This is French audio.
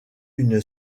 une